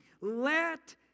Let